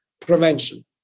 prevention